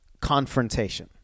confrontation